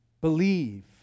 Believe